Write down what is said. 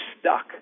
stuck